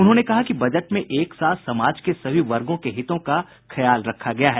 उन्होंने कहा कि बजट में एक साथ समाज के सभी वर्गों के हितों का ख्याल रखा गया है